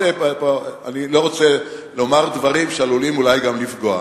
אני לא רוצה לומר דברים שעלולים אולי גם לפגוע,